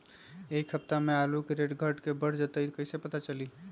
एक सप्ताह मे आलू के रेट घट ये बढ़ जतई त कईसे पता चली?